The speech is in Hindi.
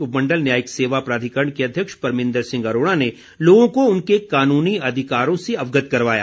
उपमण्डल न्यायिक सेवा प्राधिकरण के अध्यक्ष परमिंदर सिंह अरोड़ा ने लोगों को उनके कानूनी अधिकारों से अवगत करवाया